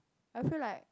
I feel like